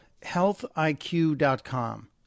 HealthIQ.com